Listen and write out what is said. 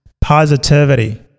Positivity